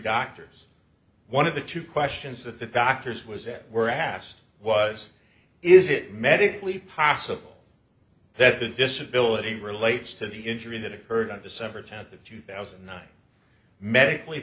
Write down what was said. doctors one of the two questions that the doctors was that were asked was is it medically possible that the disability relates to the injury that occurred on december tenth of two thousand and nine medically